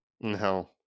No